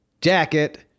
jacket